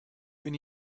wen